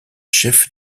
chefs